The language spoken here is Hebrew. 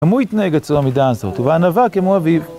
‫גם הוא התנהג אצלו במידה הזו , ‫ובענווה כמו אביב.